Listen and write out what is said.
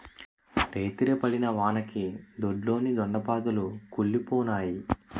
రేతిరి పడిన వానకి దొడ్లోని దొండ పాదులు కుల్లిపోనాయి